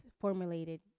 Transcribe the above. formulated